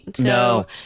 No